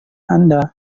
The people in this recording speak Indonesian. anda